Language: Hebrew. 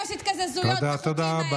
אפס התקזזויות בחוקים האלה, תודה, תודה רבה.